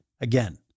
again